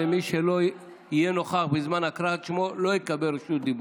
ומי שלא יהיה נוכח בזמן הקראת שמו לא יקבל רשות דיבור.